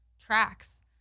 tracks